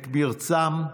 את מרצם,